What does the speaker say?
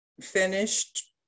finished